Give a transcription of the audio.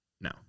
no